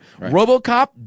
Robocop